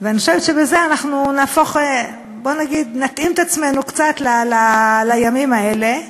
ואני חושבת שבזה אנחנו נתאים את עצמנו קצת לימים האלה,